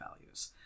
values